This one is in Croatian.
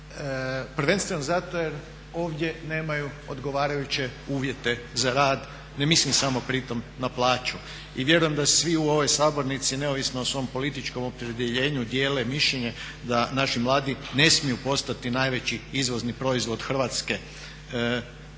prvenstveno zato jer ovdje nemaju odgovarajuće uvjete za rad, ne mislim samo pritom na plaću. I vjerujem da svi u ovoj sabornici neovisno o svom političkom opredjeljenju dijele mišljenje da naši mladi ne smiju postati najveći izvozni proizvod Hrvatske. Kroz